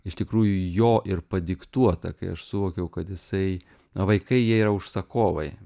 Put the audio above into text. iš tikrųjų jo ir padiktuota kai aš suvokiau kad jisai vaikai jie yra užsakovai